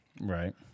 Right